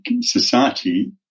society